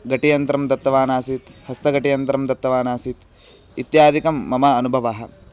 घटियन्त्रं दत्तवान् आसीत् हस्तघटियन्त्रं दत्तवान् आसीत् इत्यादिकं मम अनुभवः